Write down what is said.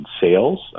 sales